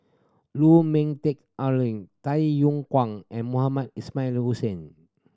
Lu Ming Teh Tay Yong Kwang and Mohamed Ismail Hussain